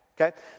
Okay